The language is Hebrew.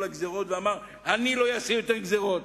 הגזירות ואמר: אני לא אעשה יותר גזירות.